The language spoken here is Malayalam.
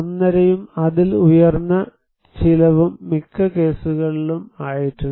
5 യും അതിലും ഉയർന്ന ചിലവും മിക്ക കേസുകളിലും ആയിട്ടുണ്ട്